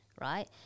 Right